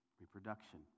reproduction